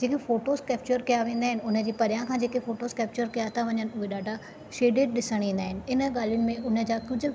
जेका photos capture कया वेंदा आहिनि उनजी परियां खां जेके फ़ोटोस कैप्चर कयां त वञनि उहे ॾाढा शेडिड ॾिसण ईंदा आहिनि इन ॻाल्हियुनि में उनजा कुझु